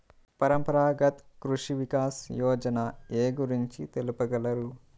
పరంపరాగత్ కృషి వికాస్ యోజన ఏ గురించి తెలుపగలరు?